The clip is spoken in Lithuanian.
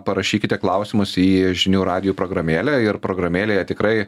parašykite klausimus į žinių radijų programėlę ir programėlėje tikrai